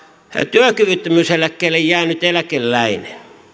työkyvyttömyyseläkkeelle jäänyt eläkeläinen